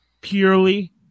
purely